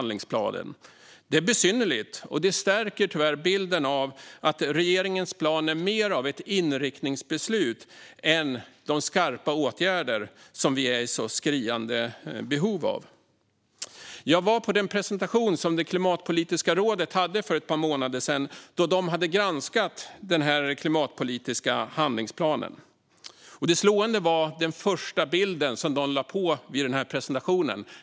Det är besynnerligt, och det stärker tyvärr bilden av att regeringens plan är mer av ett inriktningsbeslut än av de skarpa åtgärder som vi är i så skriande behov av. Jag var med på den presentation som Klimatpolitiska rådet hade för ett par månader sedan, då de hade granskat den klimatpolitiska handlingsplanen. Det slående var den första bild som de visade vid presentationen.